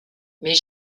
mais